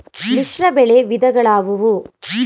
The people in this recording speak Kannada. ಮಿಶ್ರಬೆಳೆ ವಿಧಗಳಾವುವು?